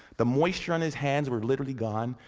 the moisture on his hands were literally gone,